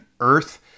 Earth